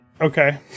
Okay